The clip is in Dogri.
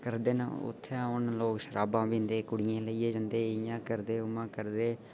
उत्थै लोग जाइयै शराबां पींदे कुड़ियें गी लेइयै जंदे इं'यां करदे उ'आं करदे